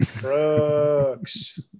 brooks